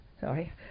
Sorry